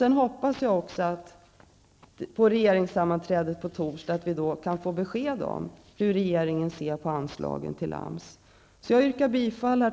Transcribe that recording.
Jag hoppas vidare att vi efter regeringssammanträdet på torsdag kan få besked om hur regeringen ser på anslaget till Herr talman! Jag yrkar bifall